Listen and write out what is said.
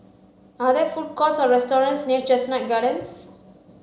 are there food courts or restaurants near Chestnut Gardens